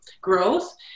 growth